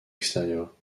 extérieur